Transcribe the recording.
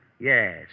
Yes